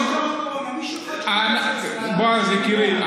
בועז יקירי,